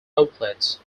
outlets